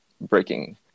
breaking